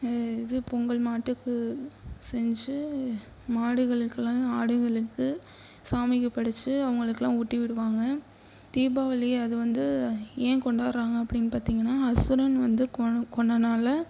இதுவே பொங்கல் மாட்டுக்கு செஞ்சு மாடுகளுக்குலாம் ஆடுகளுக்கு சாமிக்கு படைச்சி அவங்களுக்குலாம் ஊட்டி விடுவாங்க தீபாவளி அது வந்து ஏன் கொண்டாடுறாங்க அப்படினு பார்த்தீங்கனா அசுரன் வந்து கொன் கொன்னனால